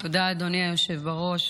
תודה, אדוני היושב-ראש.